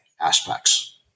aspects